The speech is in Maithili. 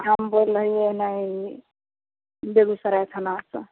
हम बोलै हियै नहि बेगुसराय थाना सँ